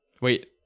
Wait